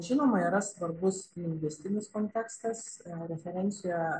žinoma yra svarbus lingvistinis kontekstas referencijoje